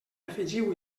afegiu